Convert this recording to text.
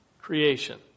Creation